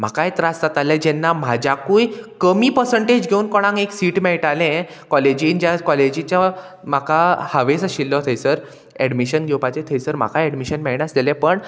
म्हाकाय त्रास जाताले जेन्ना म्हाज्याकूय कमी पर्संटेज घेवन कोणाक एक सीट मेळटालें कॉलेजीन ज्या कॉलेजीच्या म्हाका हावेस आशिल्लो थंयसर एडमिशन घेवपाचें थंयसर म्हाकाय एडमिशन मेळनासलें पण